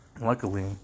Luckily